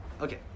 okay